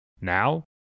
Now